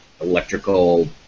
electrical